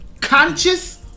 conscious